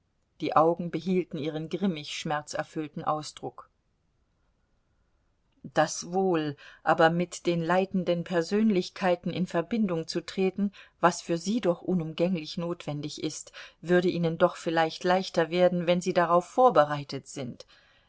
die augen behielten ihren grimmig schmerzerfüllten ausdruck das wohl aber mit den leitenden persönlichkeiten in verbindung zu treten was für sie doch unumgänglich notwendig ist würde ihnen doch vielleicht leichter werden wenn sie darauf vorbereitet sind